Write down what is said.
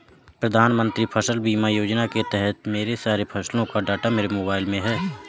प्रधानमंत्री फसल बीमा योजना के तहत मेरे सारे फसलों का डाटा मेरे मोबाइल में है